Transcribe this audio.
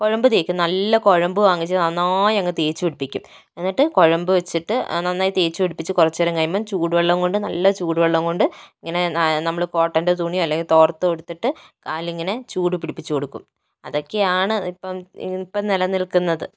കുഴമ്പ് തെക്കും നല്ല കുഴമ്പ് വാങ്ങിച്ച് നന്നായി അങ്ങ് തേച്ച് പിടിപ്പിക്കും എന്നിട്ട് കുഴമ്പ് വെച്ചിട്ട് നന്നായി തേച്ച് പിടിപ്പിച്ചിട്ട് കുറച്ച് നേരം കഴിയുമ്പോ ചൂട് വെളളം കൊണ്ട് നല്ല ചൂട് വെള്ളം കൊണ്ട് ഇങ്ങനെ നമ്മള് കോട്ടൻ്റെ തുണിയോ അല്ലെങ്കിൽ തോർത്തോ എടുത്തിട്ട് കാലിൽ ഇങ്ങനെ ചൂട് പിടിപ്പിച്ച് കൊടുക്കും അതൊക്കെയാണ് ഇപ്പം നിലനിൽക്കുന്നത്